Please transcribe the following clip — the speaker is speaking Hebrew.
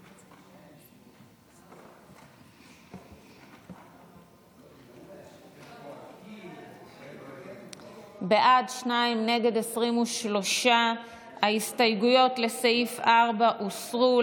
בעד, שניים, נגד, 23. ההסתייגויות לסעיף 4 הוסרו.